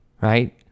Right